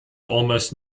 almost